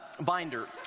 binder